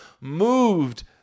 moved